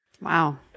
Wow